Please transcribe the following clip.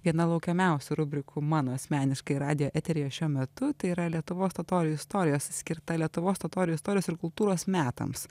viena laukiamiausių rubrikų mano asmeniškai radijo eteryje šiuo metu tai yra lietuvos totorių istorijos skirta lietuvos totorių istorijos ir kultūros metams